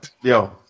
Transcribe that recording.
Yo